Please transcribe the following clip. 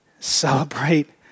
Celebrate